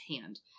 hand